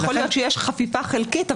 יכול להיות שיש חפיפה חלקית,